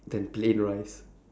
than plain rice